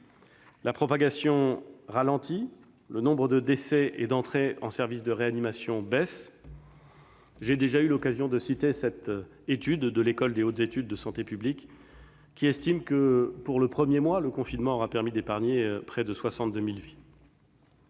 La propagation ralentit, le nombre de décès et d'entrées dans les services de réanimation baisse. J'ai déjà eu l'occasion de citer cette étude de l'École des hautes études en santé publique, qui estime que, pour le premier mois, le confinement aura permis d'épargner près de 62 000 vies.